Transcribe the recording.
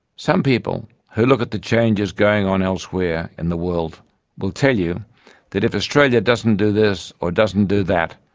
some people who look at the changes going on elsewhere in the world will tell you that if australia doesn't do this or doesn't do that,